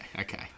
okay